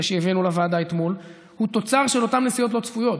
שהבאנו לוועדה אתמול הוא תוצר של אותן נסיעות לא צפויות.